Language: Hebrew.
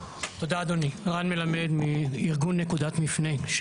תודה אדוני, רן מלמד מארגון נקודת מפנה.